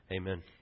Amen